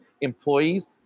employees